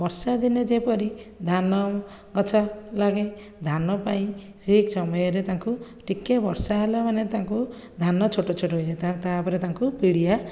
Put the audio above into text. ବର୍ଷା ଦିନେ ଯେପରି ଧାନ ଗଛ ଲାଗେ ଧାନ ପାଇଁ ସେ ସମୟରେ ଟିକେ ବର୍ଷା ହେଲେ ମାନେ ତାଙ୍କୁ ଧାନ ଛୋଟ ଛୋଟ ହୋଇଥାଏ ତା'ପରେ ତାକୁ ପିଡ଼ିଆ